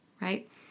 right